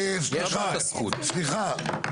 סליחה.